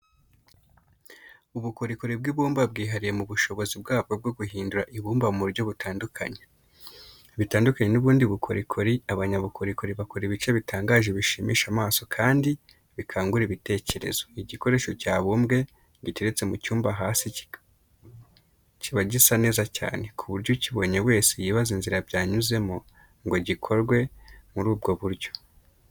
Ubukorikori bw'ibumba bwihariye mu bushobozi bwabwo bwo guhindura ibumba mu buryo butandukanye. Bitandukanye n'ubundi bukorikori, abanyabukorikori bakora ibice bitangaje bishimisha amaso kandi bikangura ibitekerezo. Igikoresho cyabumbwe giteretse mu cyumba hasi kiba gisa neza cyane, ku buryo ukibonye wese yibaza inzira byanyuzemo ngo gikorwe muri ubwo buryo.